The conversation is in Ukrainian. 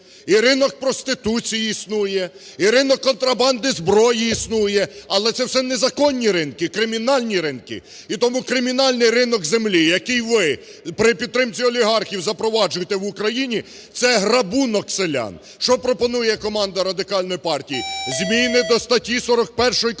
і ринок проституції існує, і ринок контрабанди зброї існує. Але це все незаконні ринки, кримінальні ринки. І тому кримінальний ринок землі, який ви при підтримці олігархів запроваджуєте в Україні, це грабунок селян. Що пропонує команда Радикальної партії? Зміни до статті 41 Конституції